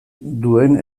duen